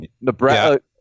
Nebraska